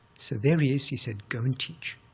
so there he is. he said, go and teach,